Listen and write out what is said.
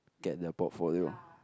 get their portfolio